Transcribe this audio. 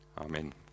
Amen